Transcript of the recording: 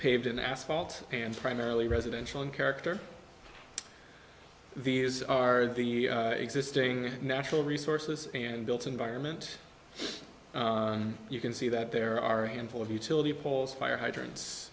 paved in asphalt and primarily residential and character these are the existing natural resources and built environment you can see that there are a handful of utility poles fire hydrant